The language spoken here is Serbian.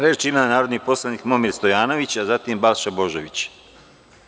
Reč ima narodni poslanik Momir Stojanović, a zatim Balša Božović.